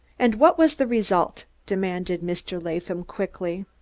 and what was the result? demanded mr. latham quickly.